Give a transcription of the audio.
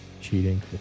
cheating